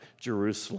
Jerusalem